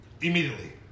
immediately